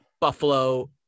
Buffalo